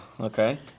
Okay